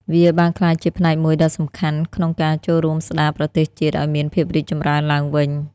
វាបានក្លាយជាផ្នែកមួយដ៏សំខាន់ក្នុងការចូលរួមស្តារប្រទេសជាតិឱ្យមានភាពរីកចម្រើនឡើងវិញ។